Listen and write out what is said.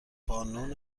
بانون